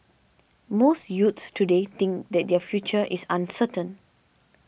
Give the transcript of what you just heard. most youths today think that their future is uncertain